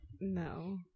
no